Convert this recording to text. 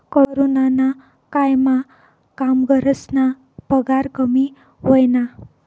कोरोनाना कायमा कामगरस्ना पगार कमी व्हयना